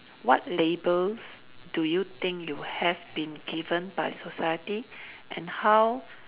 what labels do you think you have been given by society and how